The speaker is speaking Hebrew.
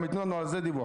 הם יתנו לנו על זה דיווח